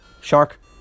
Shark